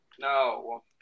No